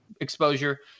exposure